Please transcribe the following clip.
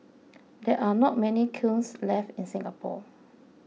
there are not many kilns left in Singapore